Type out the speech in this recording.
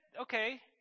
okay